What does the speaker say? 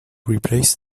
replace